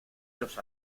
los